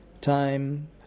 Time